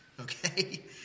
Okay